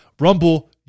Rumble